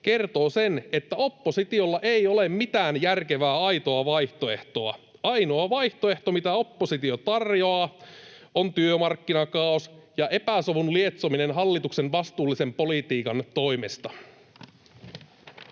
kertovat sen, että oppositiolla ei ole mitään järkevää aitoa vaihtoehtoa. Ainoa vaihtoehto, mitä oppositio tarjoaa, on työmarkkinakaaos ja epäsovun lietsominen hallituksen vastuullisen politiikan takia.